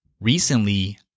Recently